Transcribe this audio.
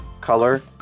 color